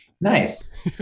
Nice